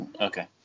Okay